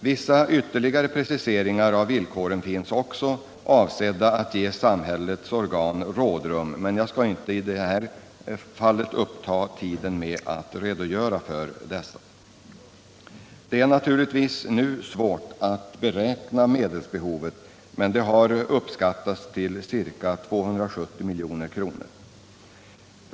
Vissa ytterligare preciseringar av villkoren finns också, avsedda att ge samhällets organ rådrum, men jag skall inte uppta tiden med att redogöra för dem. Det är naturligtvis nu svårt att beräkna medelsbehovet, men det har uppskattats till ca 270 milj.kr.